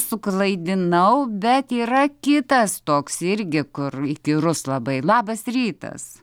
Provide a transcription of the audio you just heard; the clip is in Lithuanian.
suklaidinau bet yra kitas toks irgi kur įkyrus labai labas rytas